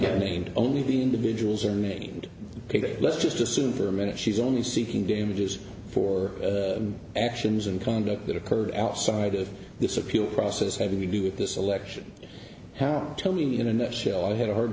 named only the individuals are named ok let's just assume for a minute she's only seeking damages for the actions and conduct that occurred outside of this appeal process having to do with this selection tell me in a nutshell i had a hard